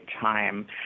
time